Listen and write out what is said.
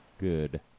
good